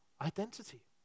identity